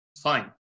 fine